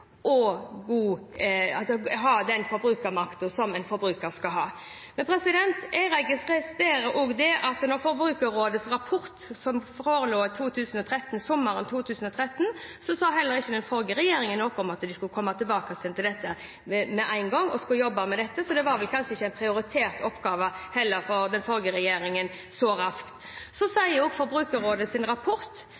og at de har den forbrukermakten som en forbruker skal ha. Jeg registrerer også at når det gjelder Forbrukerrådets rapport som forelå sommeren 2013, sa heller ikke den forrige regjeringen noe om at de skulle komme tilbake igjen til dette med en gang og skulle jobbe med dette, så det var kanskje ikke en prioritert oppgave så raskt for den forrige regjeringen heller. I Forbrukerrådets rapport ble det lagt opp til en utviklingsfase på to–tre år, og